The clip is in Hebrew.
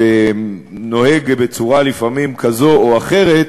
שנוהג בצורה לפעמים כזאת או אחרת,